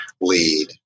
lead